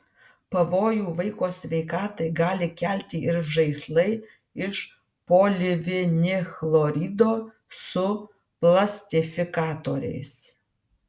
pavojų vaiko sveikatai gali kelti ir žaislai iš polivinilchlorido su plastifikatoriais